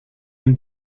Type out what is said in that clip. him